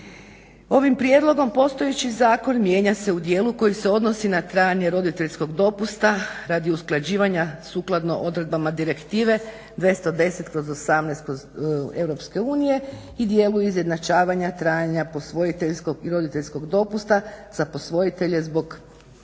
Ovim prijedlogom postojeći zakon mijenja se u dijelu koji se odnosi na trajanje roditeljskog dopusta radi usklađivanja sukladno odredbama direktive 210/18 Europske unije i dijelu izjednačavanja trajanja posvojiteljskog i roditeljskog dopusta za posvojitelje zbog mišljenja